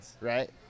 right